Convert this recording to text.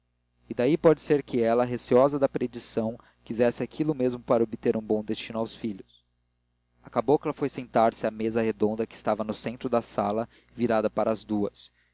e daí pode ser que ela receosa da predição quisesse aquilo mesmo para obter um bom destino aos filhos a cabocla foi sentar-se à mesa redonda que estava no centro da sala virada para as duas